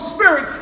Spirit